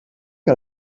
que